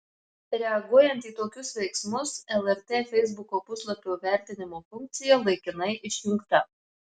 reaguojant į tokius veiksmus lrt feisbuko puslapio vertinimo funkcija laikinai išjungta